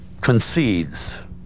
concedes